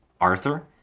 Arthur